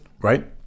Right